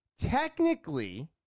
Technically